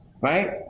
right